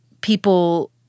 people